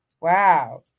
wow